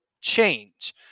change